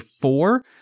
four